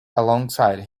alongside